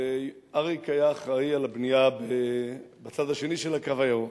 אריק היה אחראי לבנייה בצד השני של "הקו הירוק".